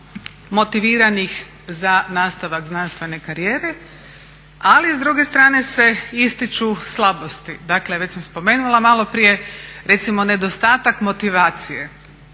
motiviranih za nastavak znanstvene karijere. Ali s druge strane se ističu slabosti. Dakle, već sam spomenula malo prije. Recimo nedostatak motivacije.